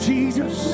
Jesus